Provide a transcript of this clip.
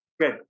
good